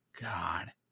God